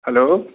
hello